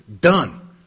Done